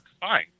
fine